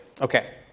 Okay